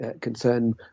concern